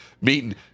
meeting